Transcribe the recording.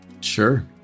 sure